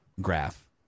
graph